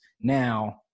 Now